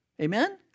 Amen